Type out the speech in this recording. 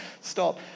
stop